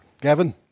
Gavin